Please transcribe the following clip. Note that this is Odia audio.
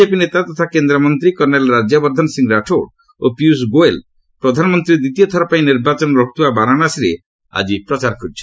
ବିଜେପି ନେତା ତଥା କେନ୍ଦ୍ରମନ୍ତ୍ରୀ କର୍ଷେଲ୍ ରାଜ୍ୟବର୍ଦ୍ଧନ ସିଂହ ରାଠୋଡ୍ ଓ ପିୟୁଷ ଗୋୟଲ୍ ପ୍ରଧାନମନ୍ତ୍ରୀ ଦ୍ୱିତୀୟଥର ପାଇଁ ନିର୍ବାଚନ ଲଢ଼ୁଥିବା ବାରାଣସୀରେ ଆଜି ପ୍ରଚାର କରିଛନ୍ତି